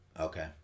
Okay